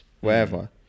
wherever